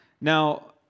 Now